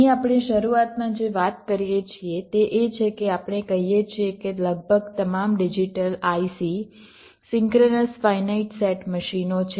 અહીં આપણે શરૂઆતમાં જે વાત કરીએ છીએ તે એ છે કે આપણે કહીએ છીએ કે લગભગ તમામ digital IC synchronous finite state મશીનો છે